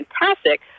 fantastic